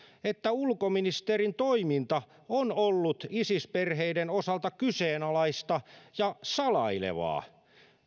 että ulkoministerin toiminta on ollut isis perheiden osalta kyseenalaista ja salailevaa